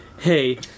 Hey